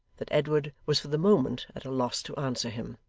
that edward was, for the moment, at a loss to answer him.